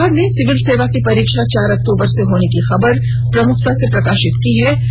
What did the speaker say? अखबार ने सिविल सेवा की परीक्षा चार अक्टूबर से होने की खबर को भी प्रमुखता से प्रकाशित किया है